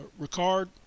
Ricard